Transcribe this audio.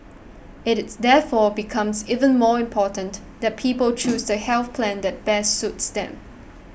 it is therefore becomes even more important that people choose the health plan that best suits them